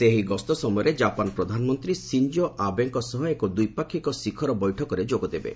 ସେ ଏହି ଗସ୍ତ ସମୟରେ ଜାପାନ ପ୍ରଧାନମନ୍ତ୍ରୀ ସିଞ୍ଜୋ ଆବେଙ୍କ ସହ ଏକ ଦ୍ୱିପାକ୍ଷିକ ଶିଖର ବୈଠକରେ ଯୋଗଦେବେ